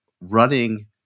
running